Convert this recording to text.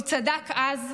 הוא צדק אז,